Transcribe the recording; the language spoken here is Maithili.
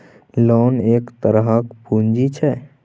लोन एक तरहक पुंजी छै